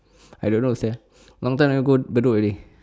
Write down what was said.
I don't know sia long time never go bedok already